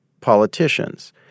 politicians